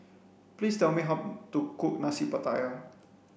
please tell me how to cook nasi pattaya